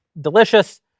delicious